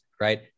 right